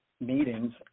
meetings